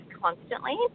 constantly